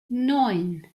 neun